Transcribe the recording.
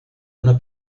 una